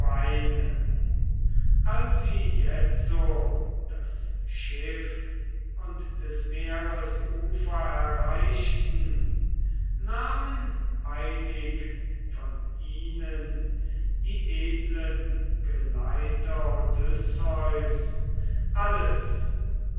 als sie jetzo das schiff und des meeres ufer erreichten nahmen eilig von ihnen die edlen geleiter odysseus alles